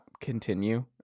continue